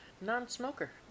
non-smoker